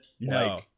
No